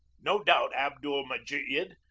no doubt abdul mejiid,